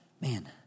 man